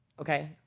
okay